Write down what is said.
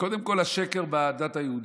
כול בשקר בדת היהודית.